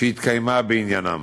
שהתקיימה בעניינם.